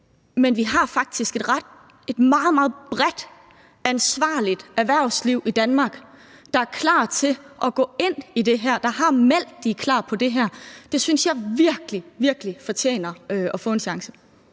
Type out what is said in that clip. Men vi har faktisk et meget, meget bredt, ansvarligt erhvervsliv i Danmark, der har meldt, at de er klar på det her. Det synes jeg virkelig, virkelig fortjener at få en chance.